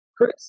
Chris